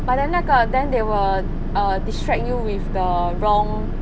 but then 那个 then they will err distract you with the wrong